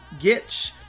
Gitch